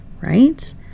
right